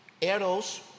Eros